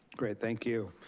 great, thank you.